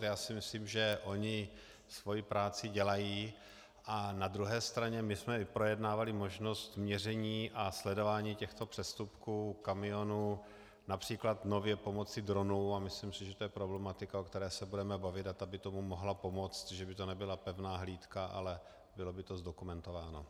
Já si myslím, že oni svoji práci dělají, a na druhé straně my jsme projednávali možnost měření a sledování těchto přestupků kamionů například nově pomocí dronů a myslím si, že to je problematika, o které se budeme bavit, a ta by tomu mohla pomoci, aby to nebyla pevná hlídka, ale bylo by to zdokumentováno.